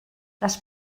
les